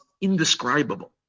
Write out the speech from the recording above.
indescribable